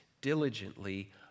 diligently